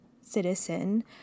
citizen